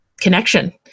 connection